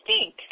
stink